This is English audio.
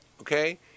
okay